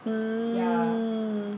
mm